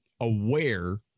aware